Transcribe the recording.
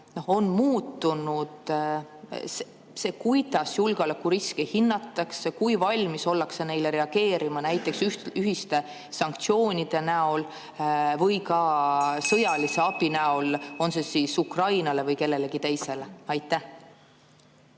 on muutunud see, kuidas julgeolekuriske hinnatakse, kui valmis ollakse neile reageerima näiteks ühiste sanktsioonide näol või ka sõjalise (Juhataja helistab kella.) abi näol, on see siis Ukrainale või kellelegi teisele? Aitäh!